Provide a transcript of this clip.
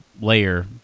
layer